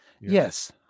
Yes